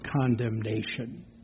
condemnation